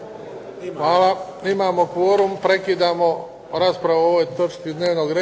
Hvala. Imamo kvorum. prekidamo raspravu o ovoj točki dnevnog reda